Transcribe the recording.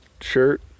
shirt